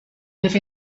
live